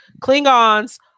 Klingons